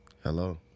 Hello